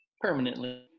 permanently